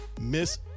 miss